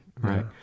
Right